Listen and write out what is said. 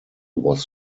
was